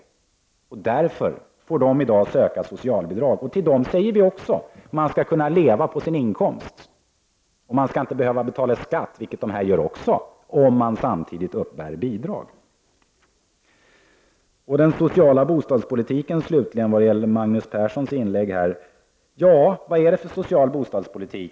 Därför får pensionärsparet i dag söka socialbidrag. Till dem säger vi också: Man skall kunna leva på sin inkomst, och man skall inte behöva betala skatt — vilket dessa människor också gör — om man samtidigt uppbär bidrag. Den sociala bostadspolitiken, slutligen, med anledning av Magnus Perssons inlägg. Ja, vad är det för social bostadspolitik som förs?